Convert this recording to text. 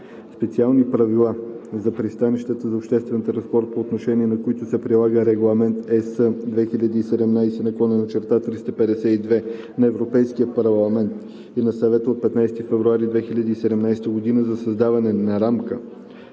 Специални правила за пристанищата за обществен транспорт, по отношение на които се прилага Регламент (ЕС) 2017/352 на Европейския парламент и на Съвета от 15 февруари 2017 г. за създаване на рамка